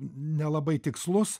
nelabai tikslus